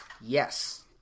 Yes